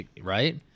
Right